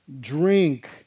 drink